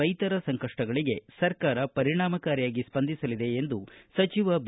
ರೈತರ ಸಂಕಷ್ನಗಳಿಗೆ ಸರ್ಕಾರ ಪರಿಣಾಮಕಾರಿಯಾಗಿ ಸ್ವಂದಿಸಲಿದೆ ಎಂದು ಸಚಿವ ಬಿ